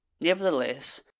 nevertheless